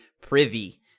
privy